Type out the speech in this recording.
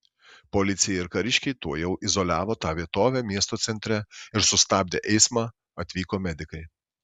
policija ir kariškiai tuojau izoliavo tą vietovę miesto centre ir sustabdė eismą atvyko medikai